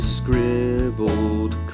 scribbled